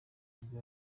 nibwo